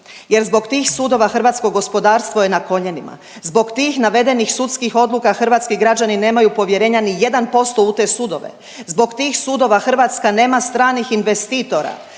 jer zbog tih sudova, hrvatsko gospodarstvo je na koljenima. Zbog tih navedenih sudskih odluka hrvatski građani nemaju povjerenja ni 1% u te sudove. Zbog tih sudova Hrvatska nema stranih investitora,